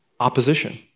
opposition